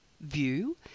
view